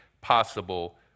possible